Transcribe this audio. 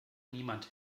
niemand